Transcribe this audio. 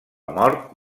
mort